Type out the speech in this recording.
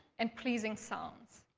and pleasing sounds?